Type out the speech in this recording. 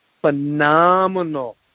phenomenal